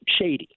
shady